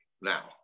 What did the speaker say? now